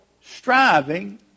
striving